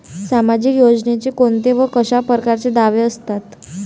सामाजिक योजनेचे कोंते व कशा परकारचे दावे असतात?